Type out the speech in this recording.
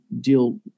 deal